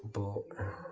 അപ്പോൾ